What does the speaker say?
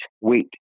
wait